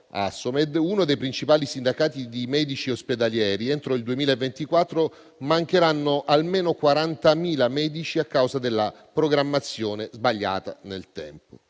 Assomed, uno dei principali sindacati di medici ospedalieri, entro il 2024 mancheranno almeno 40.000 medici a causa della programmazione sbagliata nel tempo.